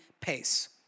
pace